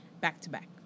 back-to-back